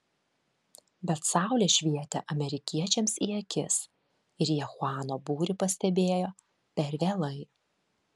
bet saulė švietė amerikiečiams į akis ir jie chuano būrį pastebėjo per vėlai